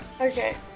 Okay